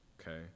Okay